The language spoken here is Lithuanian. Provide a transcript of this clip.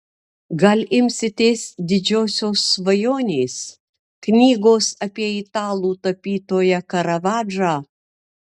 gal imsitės didžiosios svajonės knygos apie italų tapytoją karavadžą